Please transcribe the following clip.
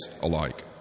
alike